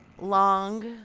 long